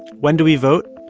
when do we vote?